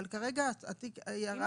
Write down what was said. אבל כרגע התיק ירד.